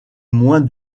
moins